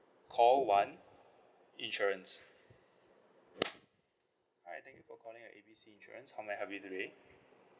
call one insurance hi thank you for calling A B C insurance how may I help you today